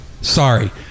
Sorry